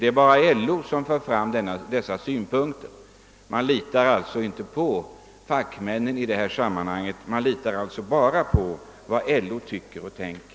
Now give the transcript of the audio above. Det är bara LO som för fram denna synpunkt. Man litar alltså inte på vad fackmännen har att säga i detta sammanhang utan tar bara hänsyn till vad LO anser.